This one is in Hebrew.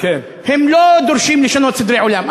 הם לא דורשים לשנות סדרי עולם.